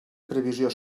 previsió